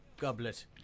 Goblet